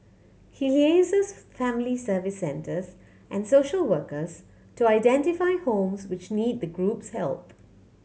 he liaises with family Service Centres and social workers to identify homes which need the group's help